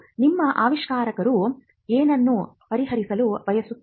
ನಿಮ್ಮ ಆವಿಷ್ಕಾರವು ಏನನ್ನು ಪರಿಹರಿಸಲು ಬಯಸುತ್ತದೆ